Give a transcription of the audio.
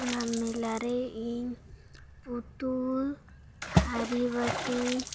ᱚᱱᱟ ᱢᱮᱞᱟ ᱨᱮ ᱤᱧ ᱯᱩᱛᱩᱞ ᱛᱷᱟᱹᱨᱤ ᱵᱟᱹᱴᱤ